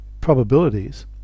probabilities